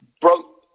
broke